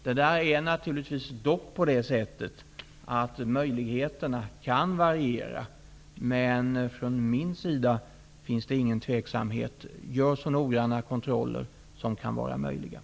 Det är dock så att möjligheterna kan variera, men från min sida finns det ingen tveksamhet: Gör så noggranna kontroller som möjligt.